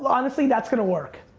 honestly that's gonna work.